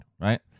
right